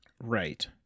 Right